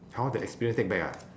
how the experience take back ah